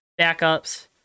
backups